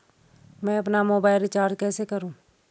मैं अपना mobile recharge कैसे करूँ?